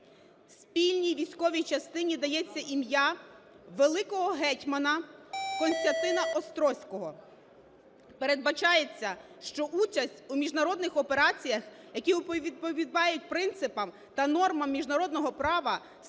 Спільній військовій частині дається ім'я великого гетьмана Костянтина Острозького. Передбачається, що участь у міжнародних операціях, які відповідають принципам та нормам міжнародного права,